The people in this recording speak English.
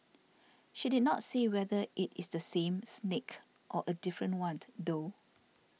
she did not say whether it is the same snake or a different one though